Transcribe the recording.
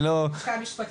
אני כאן מטעם הלשכה המשפטית,